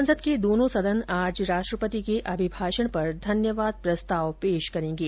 संसद के दोनों सदन आज राष्ट्रपति के अभिभाषण पर धन्यवाद प्रस्ताव पेश करेंगे